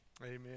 Amen